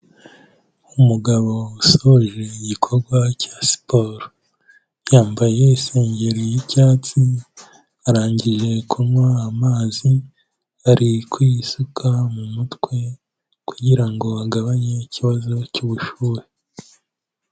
Umugabo usoje igikorwa cya siporo, yambaye isengeri y'icyatsi, arangije kunywa amazi, ari kuyisuka mu mutwe kugira ngo agabanye ikibazo cy'ubushyuhe.